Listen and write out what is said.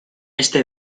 este